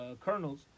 kernels